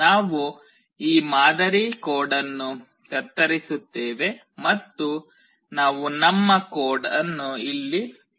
ನಾವು ಈ ಮಾದರಿ ಕೋಡ್ ಅನ್ನು ಕತ್ತರಿಸುತ್ತೇವೆ ಮತ್ತು ನಾವು ನಮ್ಮ ಕೋಡ್ ಅನ್ನು ಇಲ್ಲಿ ಬರೆಯುತ್ತೇವೆ